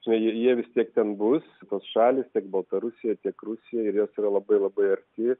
žinai ir jie vis tiek ten bus tos šalys tiek baltarusija tiek rusija ir jos yra labai labai arti